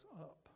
up